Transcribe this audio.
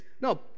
No